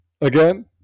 again